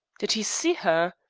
did he see her?